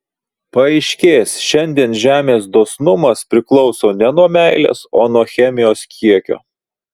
paaiškės šiandien žemės dosnumas priklauso ne nuo meilės o nuo chemijos kiekio